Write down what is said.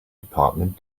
department